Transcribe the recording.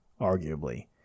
arguably